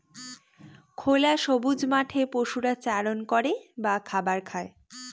খোলা সবুজ মাঠে পশুরা চারণ করে বা খাবার খায়